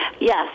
Yes